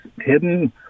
hidden